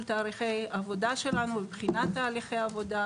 תהליכי עבודה שלנו ובחינת תהליכי עבודה,